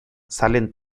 salen